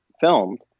filmed